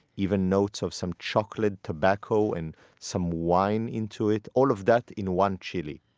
even notes of some chocolate, tobacco, and some wine into it. all of that in one chili.